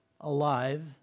alive